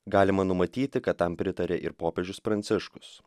galima numatyti kad tam pritarė ir popiežius pranciškus